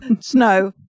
snow